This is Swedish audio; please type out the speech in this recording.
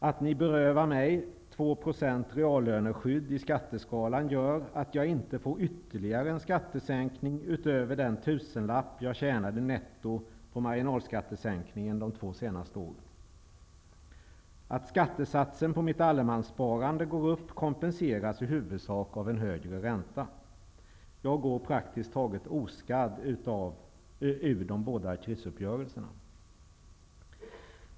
Att ni berövar mig 2 % reallöneskydd i skatteskalan gör att jag inte får någon ytterligare skattesänkning utöver den tusenlapp jag tjänade netto på marginalskattesänkningen under de två senaste åren. Att skattesatsen på mitt allemanssparande går upp kompenseras i huvudsak av en högre ränta. Jag går praktiskt taget oskadd ur de båda krisuppgörelserna.